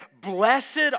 blessed